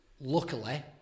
Luckily